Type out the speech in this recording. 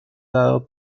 dado